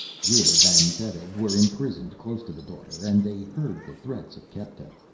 jiv and betv were imprisoned close to the daughter and they heard the threats of kepta.